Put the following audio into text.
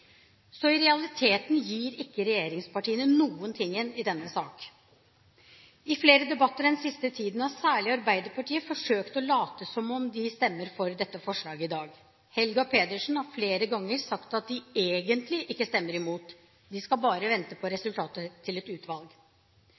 Så i realiteten gir ikke regjeringspartiene noen ting i denne saken. I flere debatter den siste tiden har særlig Arbeiderpartiet forsøkt å late som om de stemmer for dette forslaget i dag. Helga Pedersen har flere ganger sagt at de egentlig ikke stemmer imot. De skal bare vente på resultatet til et utvalg.